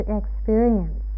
experience